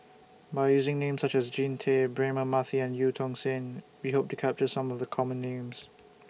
By using Names such as Jean Tay Braema Mathi and EU Tong Sen We Hope to capture Some of The Common Names